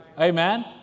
Amen